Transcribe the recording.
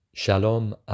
Shalom